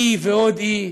אי ועוד אי,